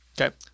Okay